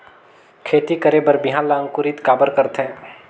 खेती करे बर बिहान ला अंकुरित काबर करथे?